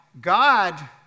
God